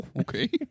Okay